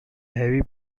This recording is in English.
heavy